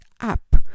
up